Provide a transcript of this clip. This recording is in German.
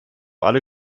alle